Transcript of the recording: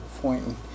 pointing